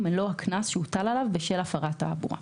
מלוא הקנס שהוטל עליו בשל הפרת התעבורה.